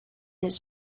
his